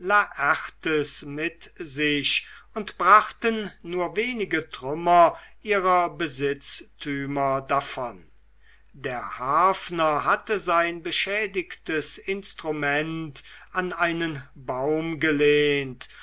laertes mit sich und brachten nur wenige trümmer ihrer besitztümer davon der harfner hatte sein beschädigtes instrument an einen baum gelehnt